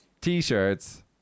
T-shirts